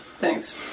Thanks